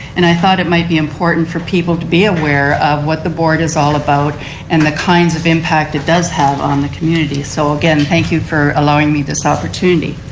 and i thought it might be important for people to be aware of what the board is all about and the kinds of impact it does have on the community. so again, thank you for allowing me this opportunity.